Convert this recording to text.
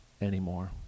anymore